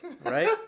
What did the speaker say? right